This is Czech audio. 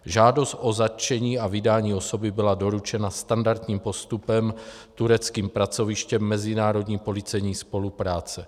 Žádost o zatčení a vydání osoby byla doručena standardním postupem tureckým pracovištěm mezinárodní policejní spolupráce.